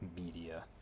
media